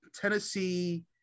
Tennessee